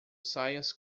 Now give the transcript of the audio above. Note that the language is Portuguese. saias